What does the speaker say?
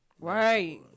right